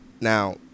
Now